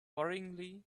worryingly